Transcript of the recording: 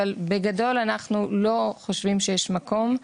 אבל בגדול אנחנו לא חושבים שיש מקום,